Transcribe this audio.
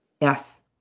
Yes